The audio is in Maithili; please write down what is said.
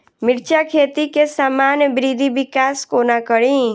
मिर्चा खेती केँ सामान्य वृद्धि विकास कोना करि?